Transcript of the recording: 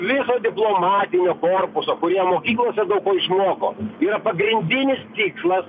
visas diplomatinio korpuso kurie mokyklose daug ko išmoko yra pagrindinis tikslas